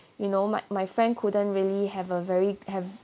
you know my my friend couldn't really have a very have